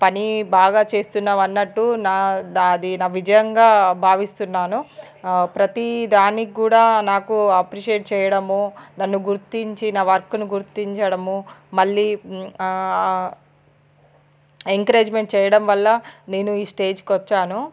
పని బాగా చేస్తున్నావు అన్నట్టు నా దాది నా విజయంగా భావిస్తున్నాను ప్రతి దానికి కూడా నాకు అప్రిషియేట్ చేయడము నన్ను గుర్తించి నా వర్క్ని గుర్తించడము మళ్ళీ ఎంకరేజ్మెంట్ చేయడం వల్ల నేను ఈ స్టేజ్కి వచ్చాను